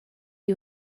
you